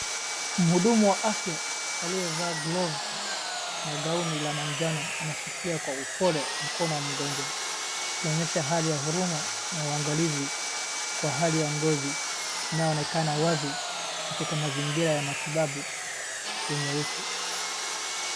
Mhudumu wa afya aliyevaa glovu na kaoni majano nashikilia kwa upole mkono wa mgonjwa. Ikionyesha hali ya huruma na uangalizi kwa hali ya ngozi inayoonekana wazi katika mazingira ya matibabu yenye utu.